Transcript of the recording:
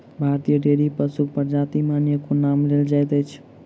भारतीय डेयरी पशुक प्रजाति मे अनेको नाम लेल जाइत अछि